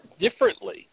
differently